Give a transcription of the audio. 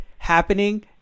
Happening